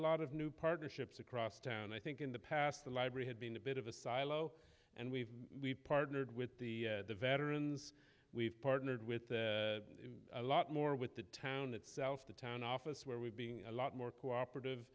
lot of new partnerships across town i think in the past the library had been a bit of a silo and we've we partnered with the veterans we've partnered with a lot more with the town itself the town office where we're being a lot more cooperative